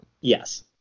yes